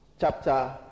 chapter